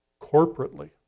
corporately